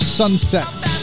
sunsets